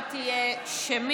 ההצבעה תהיה שמית.